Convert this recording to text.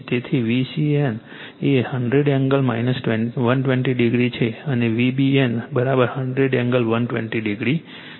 તેથી VCN એ 100 angle 120o છે અને VBN 100 એંગલ 120o છે